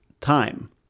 time